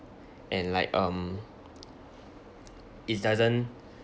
and like um it doesn't